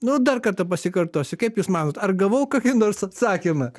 nu dar kartą pasikartosiu kaip jūs manot ar gavau kokį nors atsakymą